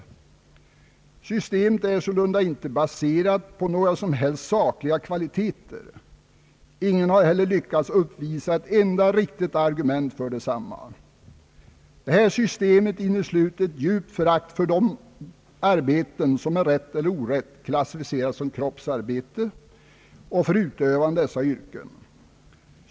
Systemet är sålunda inte baserat på några som helst sakliga kvaliteter. Ingen har heller lyckats uppvisa ett enda riktigt argument för detsamma. Det här systemet innesluter ett djupt förakt för de arbeten som med rätt eller orätt klassificeras som kroppsarbete och för utövarna av dessa yrken.